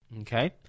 Okay